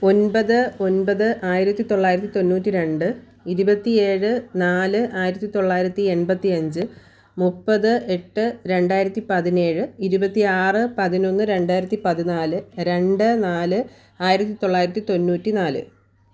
ഒൻപത് ഒൻപത് ആയിരത്തി തൊള്ളായിരത്തി തൊണ്ണൂറ്റി രണ്ട് ഇരുപത്തി ഏഴ് നാല് ആയിരത്തി തൊള്ളായിരത്തി എൺപ്പത്തി അഞ്ച് മുപ്പത് എട്ട് രണ്ടായിരത്തി പതിനേഴ് ഇരുപത്തി ആറ് പതിനൊന്ന് രണ്ടായിരത്തി പതിനാല് രണ്ട് നാല് ആയിരത്തി തൊള്ളായിരത്തി തൊണ്ണൂറ്റി നാല്